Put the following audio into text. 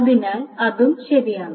അതിനാൽ അതും ശരിയാണ്